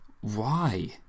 Why